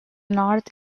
north